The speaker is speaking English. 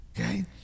Okay